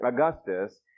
Augustus